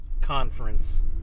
conference